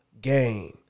gain